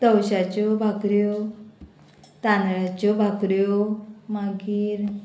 तवशाच्यो भाकऱ्यो तांदळ्याच्यो भाकऱ्यो मागीर